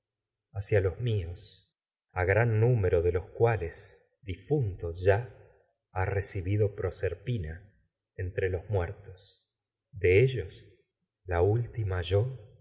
para míos a gran número de los a siempre cuales ahí voy hacia los ya difuntos de ha recibido yo y proserpina de modo entre los muertos ellos la